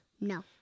No